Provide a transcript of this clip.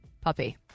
puppy